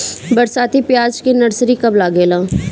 बरसाती प्याज के नर्सरी कब लागेला?